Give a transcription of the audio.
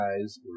guys